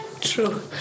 True